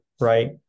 right